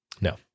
No